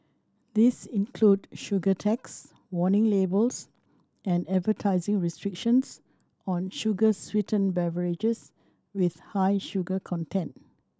these include sugar tax warning labels and advertising restrictions on sugar sweetened beverages with high sugar content